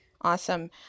Awesome